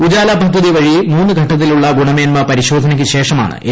ഉജാല പദ്ധതിവഴി മൂന്ന് ഘട്ടത്തിലുള്ള ഗുണമേന്മാ പരിശോധനയ്ക്ക് ശേഷമാണ് എൽ